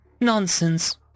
Nonsense